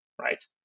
right